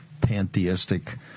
pantheistic